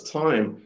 time